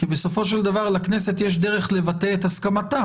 בסופו של דבר לכנסת יש דרך לבטא את הסכמתה.